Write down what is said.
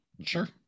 sure